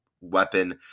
weapon